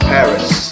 Paris